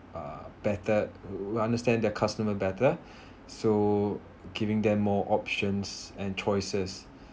uh better would understand their customer better so giving them more options and choices